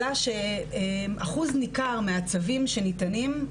עלה שאחוז ניכר מהצווים שניתנים,